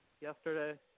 yesterday